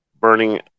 burning